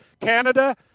Canada